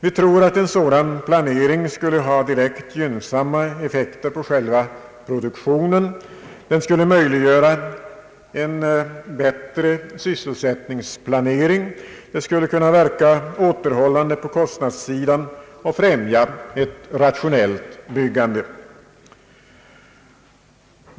Vi tror att en sådan planering skulle ha direkt gynnsamma effekter på själva produktionen, möjliggöra en bättre sysselsättningsplanering, verka återhållande på kostnadssidan och främja ett rationellt byggande.